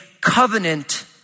covenant